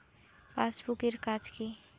Passbook এর কাজ কি?